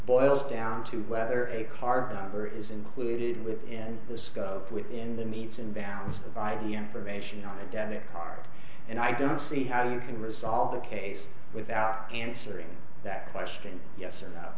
boils down to whether a card number is included within the scope within the needs imbalance via the formation of a debit card and i don't see how you can resolve the case without answering that question yes or no